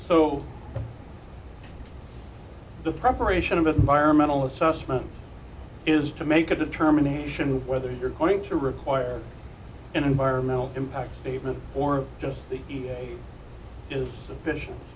so the preparation of environmental assessment is to make a determination whether you're going to require an environmental impact statement or just the is